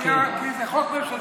כי זה חוק ממשלתי.